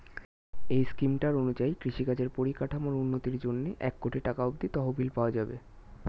এই স্কিমটার অনুযায়ী কৃষিকাজের পরিকাঠামোর উন্নতির জন্যে এক কোটি টাকা অব্দি তহবিল পাওয়া যাবে